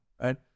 right